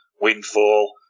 windfall